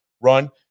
run